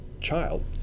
child